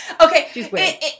Okay